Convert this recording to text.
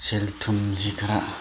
ꯁꯦꯜ ꯊꯨꯝꯁꯤ ꯈꯔ